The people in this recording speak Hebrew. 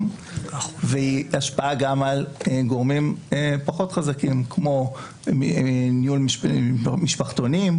והיא השפעה גם על גורמים פחות חזקים כמו ניהול משפחתונים,